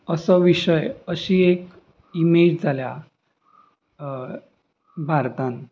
असो विशय अशी एक इमेज जाल्या भारतान